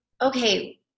okay